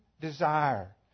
desire